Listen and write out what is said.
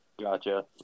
Gotcha